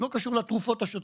לא קשור לתרופות השוטפות.